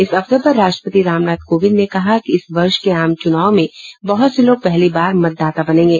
इस अवसर पर राष्ट्रपति रामनाथ कोविंद ने कहा है कि इस वर्ष के आम चुनावों में बहुत से लोग पहली बार मतदाता बनेंगे